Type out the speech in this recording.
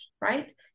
right